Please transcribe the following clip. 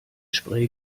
spray